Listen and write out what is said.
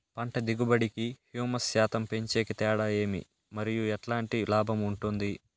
పంట దిగుబడి కి, హ్యూమస్ శాతం పెంచేకి తేడా ఏమి? మరియు ఎట్లాంటి లాభం ఉంటుంది?